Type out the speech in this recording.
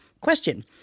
Question